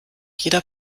jeder